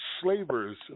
slavers